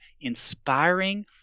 inspiring